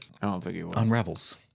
unravels